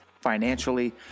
financially